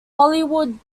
hollywood